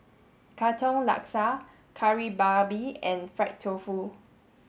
Katong Laksa Kari Babi and fried tofu